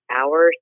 hours